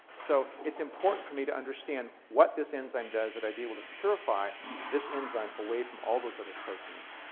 so it's important for me to understand what this enzyme does that i be able to purify this enzyme away from all those other proteins.